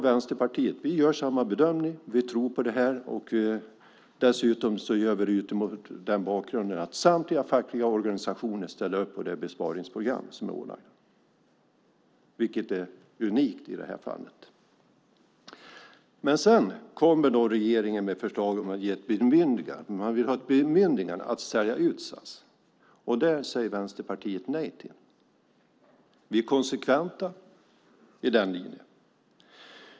Vänsterpartiet gör samma bedömning. Vi tror på det här. Vi gör det dessutom mot bakgrunden att samtliga fackliga organisationer ställer upp på det besparingsprogram som är ålagt, vilket är unikt i det här fallet. Men sedan kommer regeringen med ett förslag om att ge ett bemyndigande. Man vill ha ett bemyndigande att sälja ut SAS. Det säger Vänsterpartiet nej till. Vi är konsekventa i den linjen.